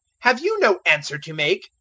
have you no answer to make?